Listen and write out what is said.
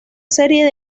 serie